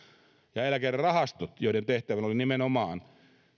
ja eläkerahastot joiden tehtävänä oli nimenomaan